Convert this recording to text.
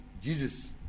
Jesus